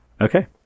Okay